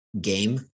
game